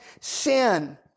sin